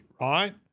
right